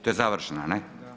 To je završna, ne?